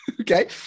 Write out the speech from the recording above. Okay